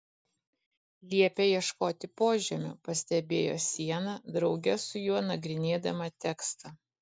liepia ieškoti požemių pastebėjo siena drauge su juo nagrinėdama tekstą